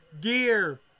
gear